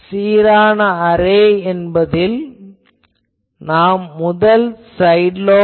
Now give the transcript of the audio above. சீரான அரே என்பதில் நாம் முதல் சைடு லோப் பார்த்தோம்